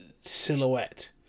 silhouette